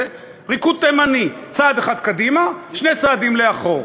זה ריקוד תימני, צעד אחד קדימה, שני צעדים לאחור.